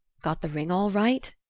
got the ring all right?